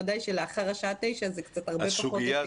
ודאי שלאחר השעה 21:00 זה קצת הרבה פחות אפקטיבי.